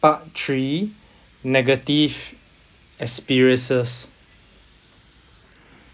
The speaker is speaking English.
part three negative experiences